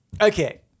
Okay